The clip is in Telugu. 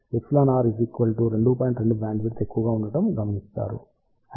2 బ్యాండ్విడ్త్ ఎక్కువగా ఉండటం గమనిస్తారు